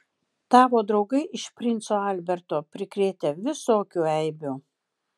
tavo draugai iš princo alberto prikrėtę visokių eibių